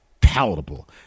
palatable